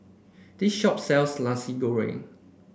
this shop sells Nasi Goreng